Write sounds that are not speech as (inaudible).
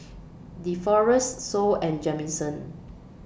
(noise) Deforest Sol and Jamison